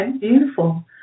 beautiful